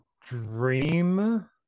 dream